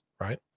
right